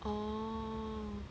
orh